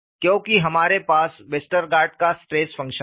क्योंकि हमारे पास वेस्टरगार्ड का स्ट्रेस फंक्शन है